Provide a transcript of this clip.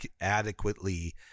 adequately